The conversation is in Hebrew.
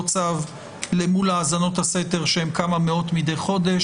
צו אל מול האזנות הסתר שהן כמה מאות מדי חודש.